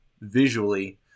visually